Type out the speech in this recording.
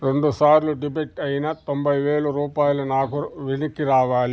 రెండు సార్లు డెబిట్ అయిన తొంభై వేలు రూపాయలు నాకు వెనక్కి రావాలి